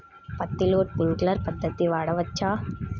పత్తిలో ట్వింక్లర్ పద్ధతి వాడవచ్చా?